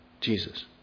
Jesus